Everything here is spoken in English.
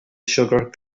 sugar